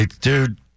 Dude